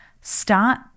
Start